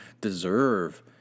deserve